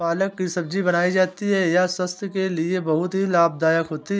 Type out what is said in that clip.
पालक की सब्जी बनाई जाती है यह स्वास्थ्य के लिए बहुत ही लाभदायक होती है